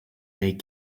make